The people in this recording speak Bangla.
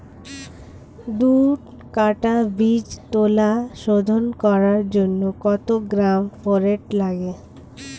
দু কাটা বীজতলা শোধন করার জন্য কত গ্রাম ফোরেট লাগে?